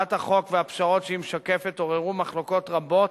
הצעת החוק והפשרות שהיא משקפת עוררו מחלוקות רבות